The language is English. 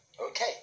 Okay